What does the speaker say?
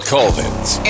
Colvins